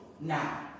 Now